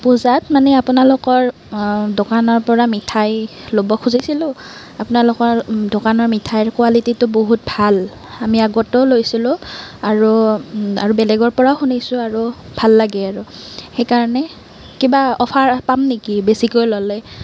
পূজাত মানে আপোনালোকৰ দোকানৰ পৰা মিঠাই ল'ব খুজিছিলো আপোনালোকৰ দোকানৰ মিঠাইৰ কোৱালিটিটো বহুত ভাল আমি আগতেও লৈছিলো আৰু আৰু বেলেগৰ পৰা শুনিছো আৰু ভাল লাগে আৰু সেই কাৰণে কিবা অফাৰ পাম নেকি বেছিকৈ ল'লে